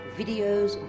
videos